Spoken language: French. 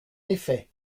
effet